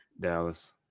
Dallas